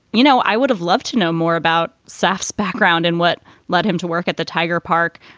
you know, i would have loved to know more about saff's background and what led him to work at the tiger park.